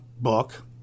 book